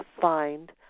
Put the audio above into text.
find